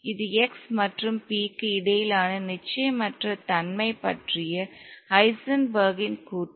இது x மற்றும் p க்கு இடையிலான நிச்சயமற்ற தன்மை பற்றிய ஹைசன்பெர்க்கின் Heisenberg's கூற்று